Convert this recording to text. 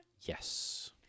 Yes